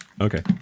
Okay